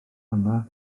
yma